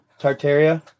Tartaria